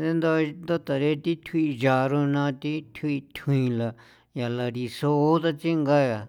re nda tare thi thjuin nchaa ronaa thi thjuin thjuin la yaala riso juu datsinga yaa.